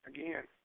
Again